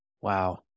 Wow